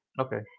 Okay